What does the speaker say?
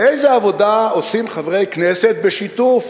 ואיזו עבודה עושים חברי כנסת בשיתוף